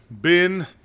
Bin